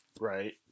Right